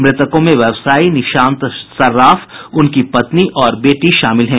मृतकों में व्यवसायी निशांत सर्राफ उनकी पत्नी और बेटी शामिल हैं